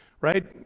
right